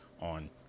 on